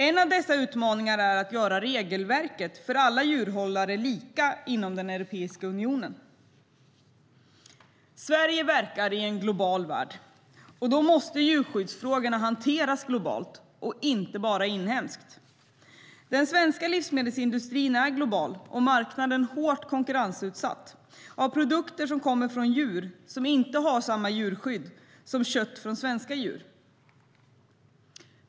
En utmaning är att göra regelverket för alla djurhållare lika inom Europeiska unionen. Sverige verkar i en global värld. Då måste djurskyddsfrågorna hanteras globalt, inte bara inhemskt. Den svenska livsmedelsindustrin är global, och marknaden är hårt konkurrensutsatt av produkter som kommer från djur som inte har samma djurskydd som svenska djur.